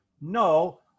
no